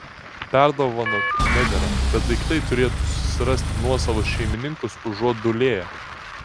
perdovanoti nedera bet daiktai turėtų susirasti nuosavus šeimininkus užuot dūlėję